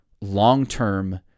long-term